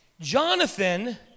Jonathan